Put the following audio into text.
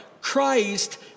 Christ